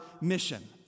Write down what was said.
mission